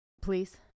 Please